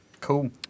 Cool